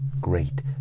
great